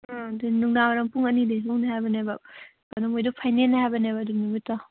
ꯅꯨꯡꯗꯥꯡꯋꯥꯏꯔꯝ ꯄꯨꯡ ꯑꯅꯤꯗꯒꯤ ꯍꯧꯅꯤ ꯍꯥꯏꯕꯅꯦꯕ ꯑꯗꯨ ꯃꯈꯣꯏꯒꯤꯗꯣ ꯐꯥꯏꯅꯦꯜꯅꯦ ꯍꯥꯏꯕꯅꯦ ꯑꯗꯨ ꯅꯨꯃꯤꯠꯇꯣ